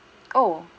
oh